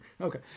Okay